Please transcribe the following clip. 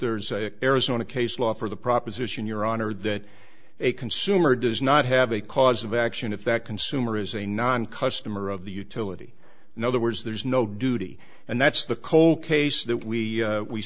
there's an arizona case law for the proposition your honor that a consumer does not have a cause of action if that consumer is a non customer of the utility and other words there's no duty and that's the cold case that we